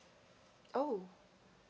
oh